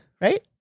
right